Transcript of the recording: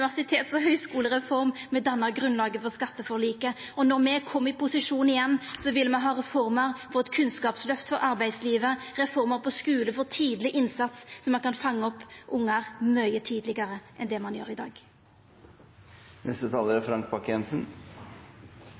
og høgskulereform. Me danna grunnlaget for skatteforliket, og når me kjem i posisjon igjen, vil me ha reformer og eit kunnskapsløft for arbeidslivet, reformer for skule, for tidlig innsats, slik at ein kan fanga opp ungar mykje tidlegare enn det ein gjer i